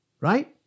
Right